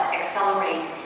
accelerate